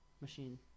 machine